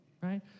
right